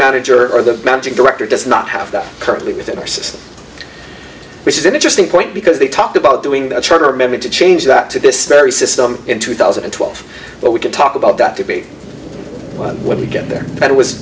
manager or the managing director does not have that currently within our system which is an interesting point because they talk about doing the triggermen to change that to this very system in two thousand and twelve but we can talk about that debate when we get there and it was